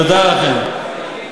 תודה לכם.